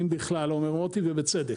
אם בכלל, אומר מוטי, ובצדק,